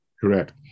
Correct